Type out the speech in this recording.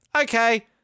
Okay